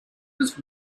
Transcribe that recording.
was